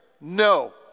no